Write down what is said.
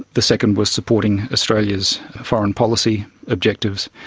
the second was supporting australia's foreign policy objectives,